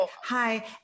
hi